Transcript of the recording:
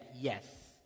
yes